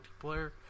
multiplayer